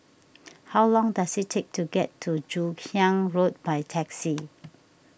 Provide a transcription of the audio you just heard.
how long does it take to get to Joon Hiang Road by taxi